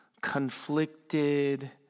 conflicted